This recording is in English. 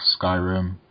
Skyrim